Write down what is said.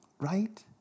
right